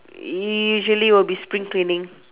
usually will be spring cleaning